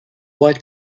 white